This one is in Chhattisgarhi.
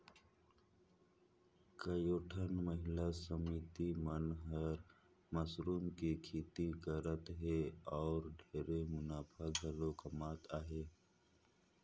कयोठन महिला समिति मन हर मसरूम के खेती करत हें अउ ढेरे मुनाफा घलो कमात अहे